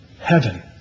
Heaven